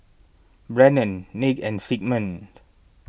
Brennen Nick and Sigmund